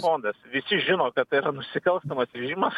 fondas visi žino kad tai yra nusikalstamas režimas